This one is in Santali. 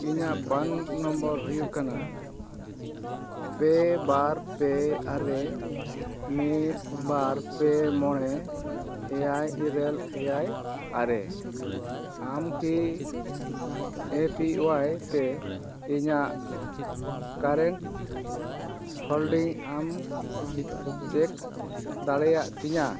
ᱤᱧᱟᱹᱜ ᱯᱨᱟᱱ ᱱᱟᱢᱵᱟᱨ ᱦᱩᱭᱩᱜ ᱠᱟᱱᱟ ᱯᱮ ᱵᱟᱨ ᱯᱮ ᱟᱨᱮ ᱢᱤᱫ ᱵᱟᱨ ᱯᱮ ᱢᱚᱬᱮ ᱮᱭᱟᱭ ᱤᱨᱟᱹᱞ ᱮᱭᱟᱭ ᱟᱨᱮ ᱟᱢ ᱠᱤ ᱮ ᱯᱤ ᱚᱣᱟᱭ ᱛᱮ ᱤᱧᱟᱹᱜ ᱠᱟᱨᱮᱱᱴ ᱦᱳᱞᱰᱤᱝ ᱟᱢ ᱪᱮᱠ ᱫᱟᱲᱮᱭᱟᱜ ᱛᱤᱧᱟ